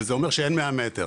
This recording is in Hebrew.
וזה אומר שאין 100 מטר.